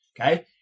Okay